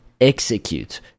execute